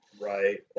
Right